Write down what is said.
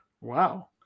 Wow